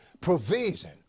provision